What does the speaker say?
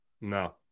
No